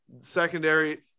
secondary